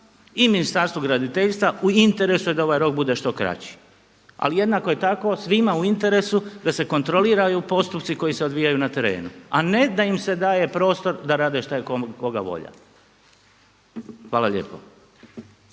i Ministarstvo graditeljstva, u interesu je da ovaj rok bude što kraći, ali jednako je tako svima u interesu da se kontroliraju postupci koji se odvijaju na terenu, a ne da im se daje prostor da rade šta je koga volja. Hvala lijepo.